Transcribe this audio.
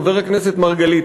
חבר הכנסת מרגלית,